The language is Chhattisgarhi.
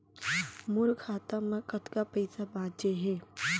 मोर खाता मा कतका पइसा बांचे हे?